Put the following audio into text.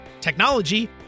technology